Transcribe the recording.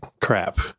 crap